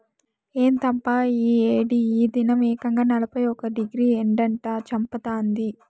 ఏందబ్బా ఈ ఏడి ఈ దినం ఏకంగా నలభై ఒక్క డిగ్రీ ఎండట చంపతాంది